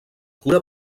cura